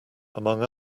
among